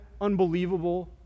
unbelievable